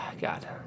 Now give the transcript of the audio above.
God